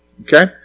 Okay